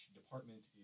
department